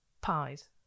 pies